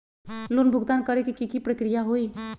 Loan भुगतान करे के की की प्रक्रिया होई?